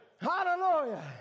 Hallelujah